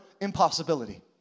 impossibility